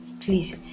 Please